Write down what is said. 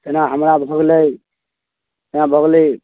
जेना हमरा भऽ गेलै जेना भऽ गेलै